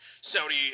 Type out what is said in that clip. Saudi